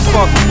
Fuck